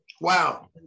Wow